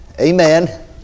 amen